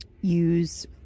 use